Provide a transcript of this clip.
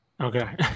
Okay